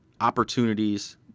opportunities